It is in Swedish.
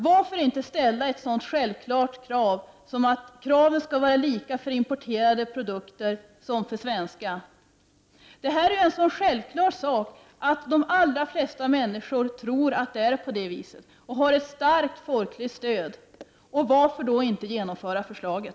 Varför inte ställa ett sådant självklart krav som att samma krav skall gälla för importerade produkter som för svenska? Detta är en så självklar sak att de allra flesta människor tror att det är på det viset, och detta krav har ett starkt folkligt stöd. Varför då inte genomföra det förslaget?